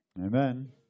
Amen